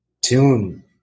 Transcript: tune